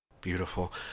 Beautiful